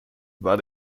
war